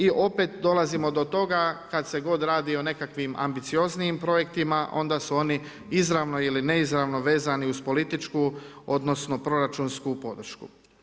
I opet dolazimo do toga kad se god radi o nekakvim ambicioznijim projektima, onda su oni izravno ili neizravno vezani uz političku, odnosno, proračunsku podršku.